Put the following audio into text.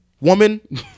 woman